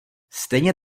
stejně